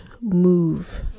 move